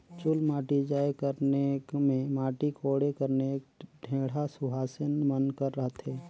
चुलमाटी जाए कर नेग मे माटी कोड़े कर नेग ढेढ़ा सुवासेन मन कर रहथे